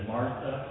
Martha